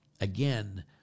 again